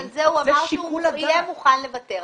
על זה הוא אמר שהוא יהיה מוכן לוותר.